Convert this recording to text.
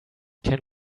can